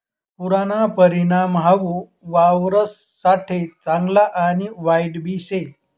पुरना परिणाम हाऊ वावरससाठे चांगला आणि वाईटबी शे